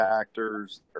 actors